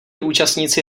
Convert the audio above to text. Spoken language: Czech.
účastníci